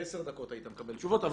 בעשר דקות היית מקבל תשובות,